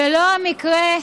ולא המקרה,